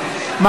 מה